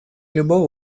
любого